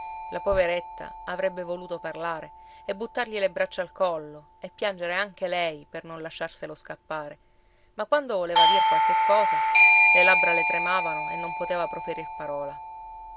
la poveretta avrebbe voluto parlare e buttargli le braccia al collo e piangere anche lei per non lasciarselo scappare ma quando voleva dir qualche cosa le labbra le tremavano e non poteva proferir parola